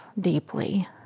deeply